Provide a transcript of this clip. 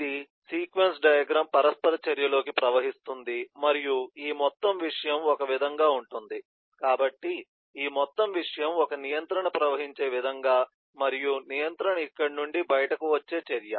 ఇది sequence diagram పరస్పర చర్యలోకి ప్రవహిస్తుంది మరియు ఈ మొత్తం విషయం ఒక విధంగా ఉంటుంది కాబట్టి ఈ మొత్తం విషయం ఒక నియంత్రణ ప్రవహించే విధంగా మరియు నియంత్రణ ఇక్కడ నుండి బయటకు వచ్చే చర్య